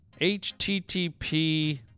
HTTP